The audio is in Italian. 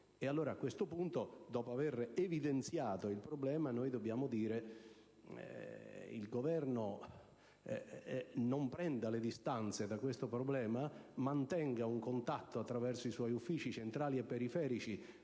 A questo punto, dopo aver evidenziato il problema, ci auguriamo che il Governo non prenda le distanze da tale situazione e mantenga un contatto, attraverso i suoi uffici centrali e periferici,